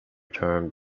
term